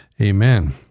Amen